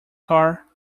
car